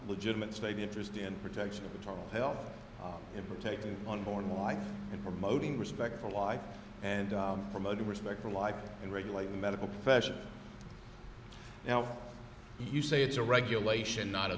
legitimate state interest in protection of maternal health in protecting unborn life and promoting respect for life and promoting respect for life and regulate the medical profession now you say it's a regulation not a